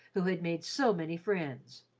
who had made so many friends.